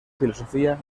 filosofía